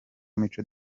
mico